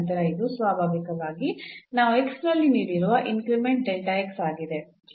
ನಂತರ ಇದು ಸ್ವಾಭಾವಿಕವಾಗಿ ನಾವು ನಲ್ಲಿ ನೀಡಿರುವ ಇನ್ಕ್ರಿಮೆಂಟ್ ಆಗಿದೆ